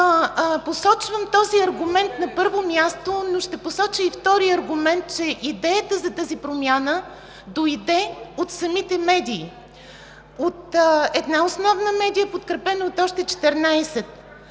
Посочвам този аргумент на първо място, но ще посоча и втори аргумент, че идеята за тази промяна дойде от самите медии, от една основна медия, подкрепена от още 14,